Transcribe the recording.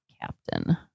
captain